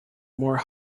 more